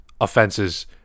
offenses